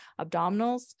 abdominals